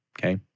okay